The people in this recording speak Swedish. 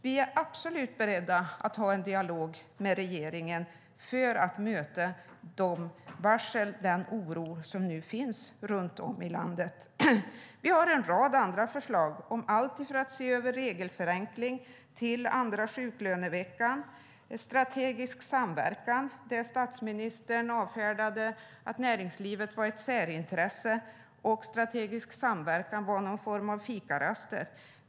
Vi är absolut beredda att ha en dialog med regeringen för att möta de varsel och den oro som nu finns runt om i landet. Vi har också en rad andra förslag om allt från att se över detta med regelförenkling till andra sjuklöneveckan och strategisk samverkan. Statsministern avfärdade det hela med att näringslivet var ett särintresse och att strategisk samverkan var någon form av fikaraster.